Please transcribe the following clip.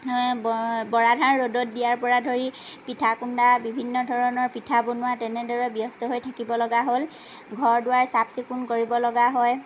বৰা ধান ৰ'দত দিয়াৰ পৰা ধৰি পিঠা খুন্দা বিভিন্ন ধৰণৰ পিঠা বনোৱা তেনেদৰে ব্যস্ত হৈ থাকিব লগা হ'ল ঘৰ দুৱাৰ চাফ চিকুণ কৰিব লগা হয়